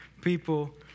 people